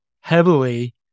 heavily